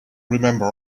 remember